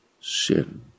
sin